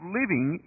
living